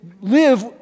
live